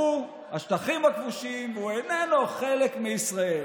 שהוא השטחים הכבושים והוא איננו חלק מישראל.